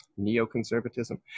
neoconservatism